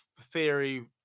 theory